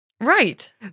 right